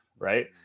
Right